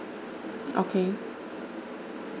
okay